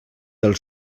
del